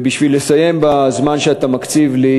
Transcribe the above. ובשביל לסיים בזמן שאתה מקציב לי,